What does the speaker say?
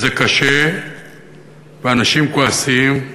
זה קשה ואנשים כועסים,